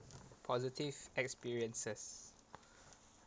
positive experiences